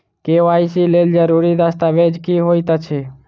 KYC लेल जरूरी दस्तावेज की होइत अछि?